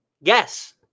Yes